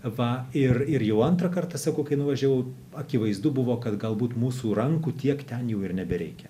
va ir ir jau antrą kartą sakau kai nuvažiavau akivaizdu buvo kad galbūt mūsų rankų tiek ten jau ir nebereikia